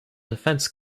defence